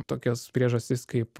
tokios priežastys kaip